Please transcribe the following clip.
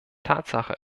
tatsache